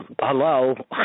hello